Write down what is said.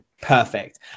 Perfect